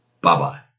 Bye-bye